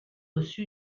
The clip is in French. reçu